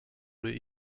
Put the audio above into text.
wurde